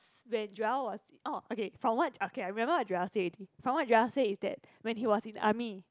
when Joel was oh okay from what okay I remember Joel say from what Joel say is that when he was in army